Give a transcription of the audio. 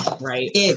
right